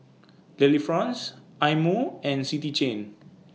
Delifrance Eye Mo and City Chain